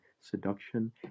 seduction